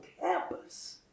campus